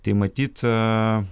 tai matyt